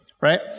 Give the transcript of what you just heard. right